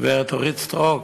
גברת אורית סטרוק.